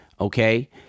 okay